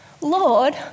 Lord